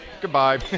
Goodbye